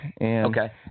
Okay